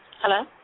Hello